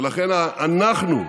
אתה לא תוכל להקים אותה, ולכן אנחנו,